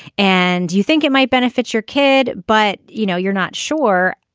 and do you think it might benefit your kid. but you know you're not sure.